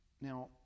Now